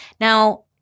Now